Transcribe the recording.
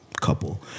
couple